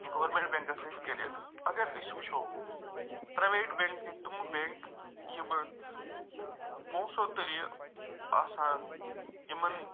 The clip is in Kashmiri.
گورمِنٛٹ بینٛکس سۭتۍ کٔرِتھ اگر أسۍ وُچھو پرٛایویٹ بینٛک گٔے تِمہٕ بینٛک یِمہٕ پۅنٛسو تہٕ یہِ آسان یِمن